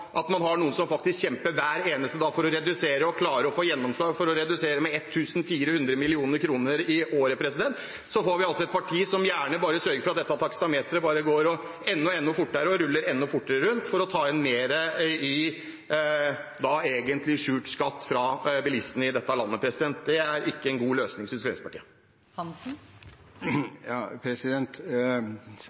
klare å få gjennomslag for å redusere med 1 400 mill. kr i året, får vi et parti som bare sørger for at dette taksameteret går enda fortere, ruller enda fortere rundt, for å ta inn mer i skjult skatt fra bilistene i dette landet. Det er ikke en god løsning,